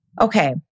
Okay